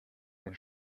den